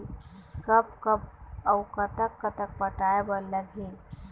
कब कब अऊ कतक कतक पटाए बर लगही